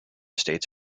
states